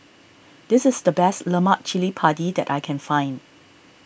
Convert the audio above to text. this is the best Lemak Cili Padi that I can find